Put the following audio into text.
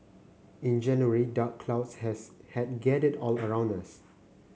in January dark clouds has had gathered all around us